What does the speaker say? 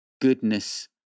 goodness